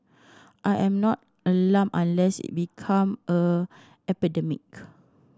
I am not alarmed unless it become a epidemic